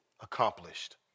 accomplished